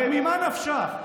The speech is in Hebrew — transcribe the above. הרי ממה נפשך?